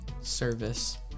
service